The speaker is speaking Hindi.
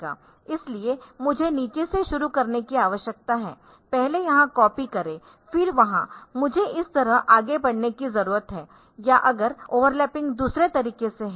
इसलिए मुझे नीचे से शुरू करने की आवश्यकता है पहले यहां कॉपी करें फिर वहां मुझे इस तरह आगे बढ़ने की जरूरत है या अगर ओवरलैपिंग दूसरे तरीके से है